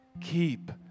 keep